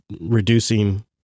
reducing